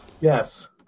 Yes